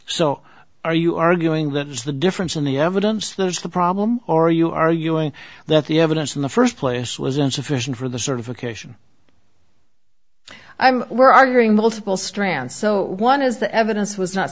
so are you arguing that it's the difference in the evidence there's the problem or you are you doing that the evidence in the first place was insufficient for the certification i'm we're arguing multiple strands so one is the evidence was not